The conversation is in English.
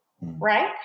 Right